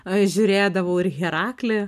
žiūrėdavau ir heraklį